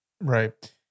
right